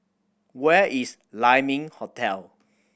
where is Lai Ming Hotel